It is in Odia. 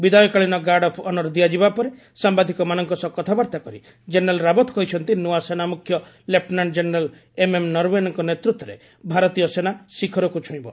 ବିଦାୟକାଳୀନ ଗାର୍ଡ ଅଫ୍ ଅନର ଦିଆଯିବା ପରେ ସାମ୍ବାଦିକମାନଙ୍କ ସହ କଥାବାର୍ତ୍ତା କରି ଜେନେରାଲ୍ ରାଓ୍ୱତ କହିଛନ୍ତି ନୂଆ ସେନା ମୁଖ୍ୟ ଲେଫ୍ଟନାଣ୍ଟ ଜେନେରାଲ୍ ଏମ୍ଏମ୍ ନରଓ୍ୱନେଙ୍କ ନେତୃତ୍ୱରେ ଭାରତୀୟ ସେନା ଶିଖରକୁ ଛୁଇଁବ